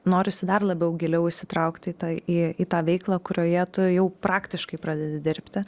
norisi dar labiau giliau įsitraukti į į tą veiklą kurioje tu jau praktiškai pradedi dirbti